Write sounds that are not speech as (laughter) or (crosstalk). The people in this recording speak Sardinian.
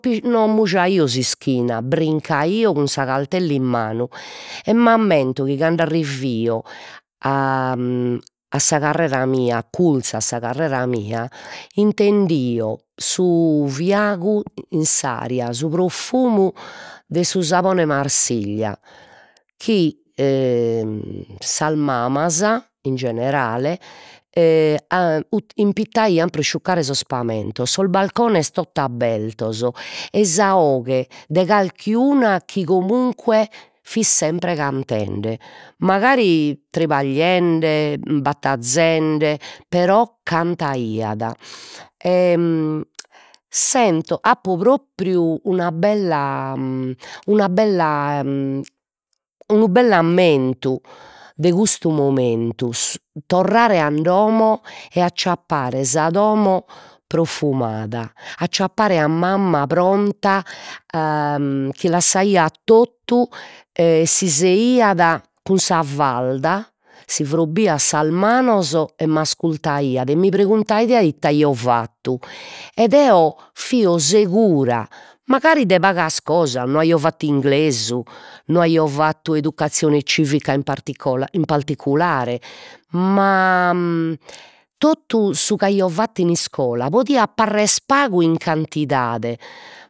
(unintelligible) no mujaio s'ischina, brincaio cun sa caltella in manu e m'ammento chi cand'arrivio a (hesitation) a sa carrera mia, acculzu a sa carrera mia intendio su fiagu in s'aria, su profumu de su sabone Marsiglia chi (hesitation) sas mamas in generale (hesitation) impittaian pro isciuccare sos pamentos, sos balcones tot'abbertos ei sa 'oghe de carchi una chi comunque fit sempre cantende, mancari tribagliende, battazende però cantaiat e (hesitation) sento apo propriu una bella (hesitation) una bella (hesitation) unu bell'ammentu de custu momentu, (hesitation) torrare a domo e acciappare sa domo profumada, acciappare a mamma pronta (hesitation) chi lassaiat totu e si seiat cun sa falda, si frobbiat sas manos e m'ascultaiat e mi preguntaiat ite aio fattu ed eo fio segura mancari de pagas cosas, no aio fattu inglesu, no aio fattu educazione civica in (unintelligible) in particulare, ma (hesitation) totu su c'aio fattu in iscola podiat parrer pagu in cantidade